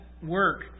work